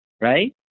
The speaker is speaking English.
right